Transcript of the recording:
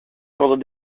pendant